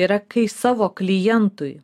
yra kai savo klientui